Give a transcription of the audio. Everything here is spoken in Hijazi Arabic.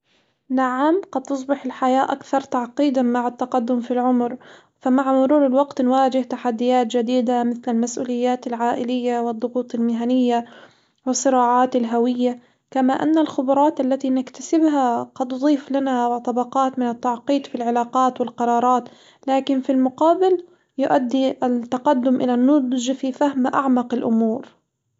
نعم، قد تصبح الحياة أكثر تعقيدًا مع التقدم في العمر، فمع مرور الوقت نواجه تحديات جديدة مثل المسؤوليات العائلية والضغوط المهنية وصراعات الهوية، كما أن الخبرات التي نكتسبها قد تضيف لنا طبقات من التعقيد في العلاقات والقرارات، لكن في المقابل يؤدي التقدم إلى النضج في فهم أعمق الأمور.